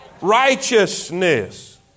righteousness